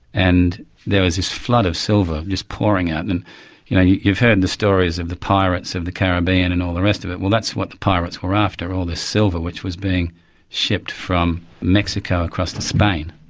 and there was this flood of silver just pouring out, and you've heard in the stories of the pirates of the caribbean and all the rest of it, well that's what the pirates were after, all this silver, which was being shipped from mexico across to spain.